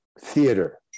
theater